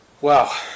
Wow